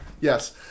Yes